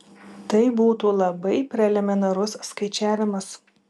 tai būtų labai preliminarus skaičiavimas